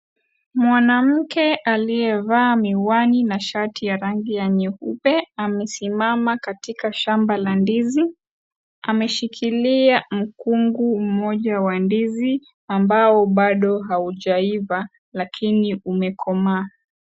Mwanamke aliyevaa miwani na shati ya rangi ya nyeupe amesimama katika shamba la ndizi. Ameshikilia mkungu mmoja wa ndizi ambao bado haujaiva lakini umekomaa.